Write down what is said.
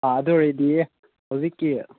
ꯑꯥ ꯑꯗꯨ ꯑꯣꯏꯔꯗꯤ ꯍꯧꯖꯤꯛꯀꯤ